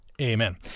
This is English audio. Amen